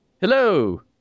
Hello